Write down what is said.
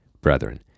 Brethren